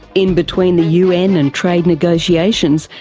in between the un and trade negotiations,